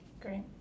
Great